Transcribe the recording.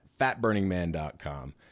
fatburningman.com